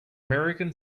american